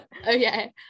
Okay